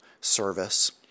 service